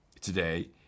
today